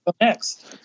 next